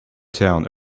town